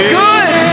good